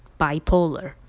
bipolar